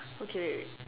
okay wait wait